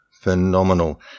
phenomenal